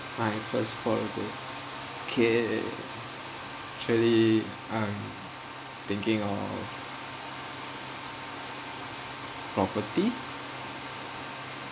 my first pot of gold K actually I am thinking of property